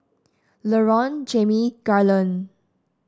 Laron Jamie Garland